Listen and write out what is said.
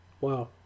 Wow